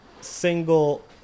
single